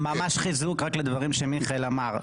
ממש חיזוק רק לדברים שמיכאל אמר.